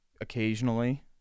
Occasionally